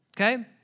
Okay